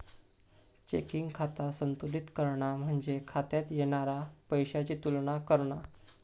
checking खाता संतुलित करणा म्हणजे खात्यात येणारा पैशाची तुलना करणा